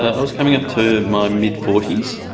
ah i was coming up to my mid forty s,